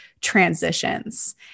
transitions